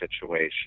situation